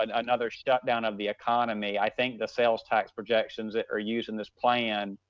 and another shut down of the economy, i think the sales tax projections that are using this plan